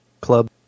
club